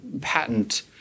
patent